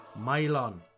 Mylon